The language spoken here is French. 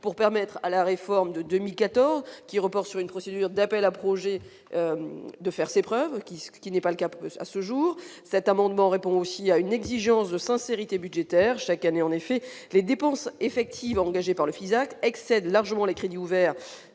pour permettre à la réforme de 2014 qui repart sur une procédure d'appel à projets, de faire ses preuves qui, ce qui n'est pas le cas à ce jour, cet amendement répond aussi à une exigence de sincérité budgétaire chaque année en effet, les dépenses effectives engagées par le Fisac excède largement les crédits ouverts